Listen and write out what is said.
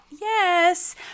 yes